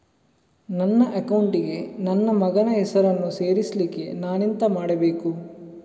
ನನ್ನ ಅಕೌಂಟ್ ಗೆ ನನ್ನ ಮಗನ ಹೆಸರನ್ನು ಸೇರಿಸ್ಲಿಕ್ಕೆ ನಾನೆಂತ ಮಾಡಬೇಕು?